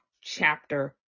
chapter